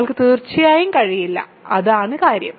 നിങ്ങൾക്ക് തീർച്ചയായും കഴിയില്ല അതാണ് കാര്യം